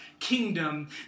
Kingdom